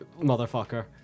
motherfucker